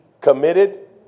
committed